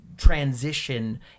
transition